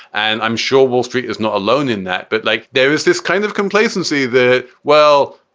and i'm sure wall street is not alone in that. but like there is this kind of complacency that, well,